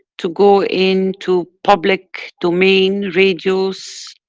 to go into public domain, radios,